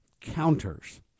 counters